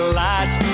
lights